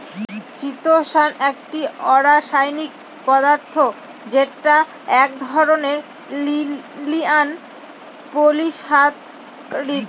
চিতোষণ একটি অরাষায়নিক পদার্থ যেটা এক ধরনের লিনিয়ার পলিসাকরীদ